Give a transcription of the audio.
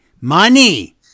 money